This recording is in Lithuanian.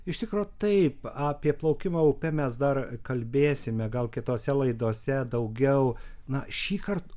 iš tikro taip apie plaukimą upe mes dar kalbėsime gal kitose laidose daugiau na šįkart